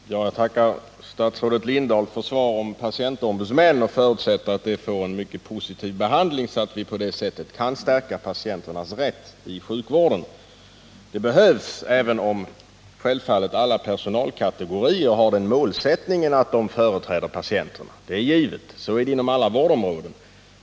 Herr talman! Jag tackar statsrådet Lindahl för svaret vad beträffar patientombudsmän. Jag förutsätter att förslaget får en mycket positiv behandling, så att vi på det sättet kan stärka patienternas rätt inom sjukvården. Det behövs en sådan förstärkning, även om självfallet alla personalkategorier har den målsättningen att de företräder patienterna — så är det inom alla vårdområden.